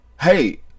hey